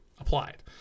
applied